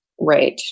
Right